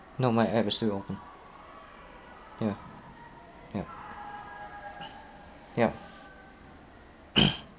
no my app is still open ya yup yup